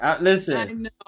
listen